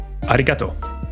Arigato